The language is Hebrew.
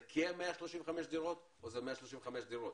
זה כ-135 דירות או שזה 135 דירות?